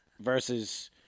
Versus